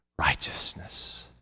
righteousness